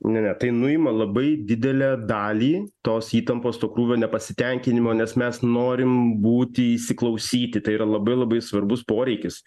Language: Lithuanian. ne ne tai nuima labai didelę dalį tos įtampos to krūvio nepasitenkinimo nes mes norim būti įsiklausyti tai yra labai labai svarbus poreikis